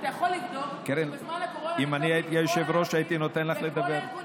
אתה יכול לבדוק שבזמן הקורונה ישבתי עם כולם,